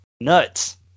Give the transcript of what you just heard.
nuts